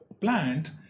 plant